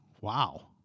Wow